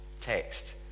text